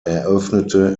eröffnete